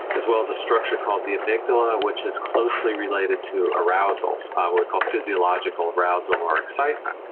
as well as a structure called the amygdala which is closely related to arousal, what we call physiological arousal or excitement.